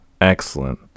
excellent